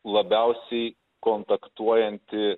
labiausiai kontaktuojanti